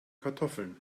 kartoffeln